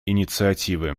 инициативы